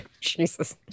Jesus